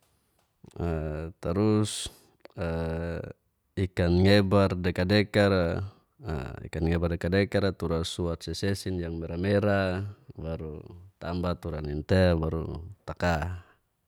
tarus ikan ngebar deka-dekara, ikan ngebar deka-dekara tura suat sesesin yang mera-mera baru tambah tura nintel baru taka.